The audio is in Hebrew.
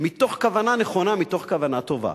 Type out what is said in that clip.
מתוך כוונה נכונה, מתוך כוונה טובה.